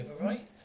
right